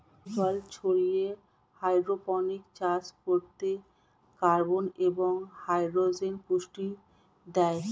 জল ছাড়িয়ে হাইড্রোপনিক্স চাষ করতে কার্বন এবং হাইড্রোজেন পুষ্টি দেয়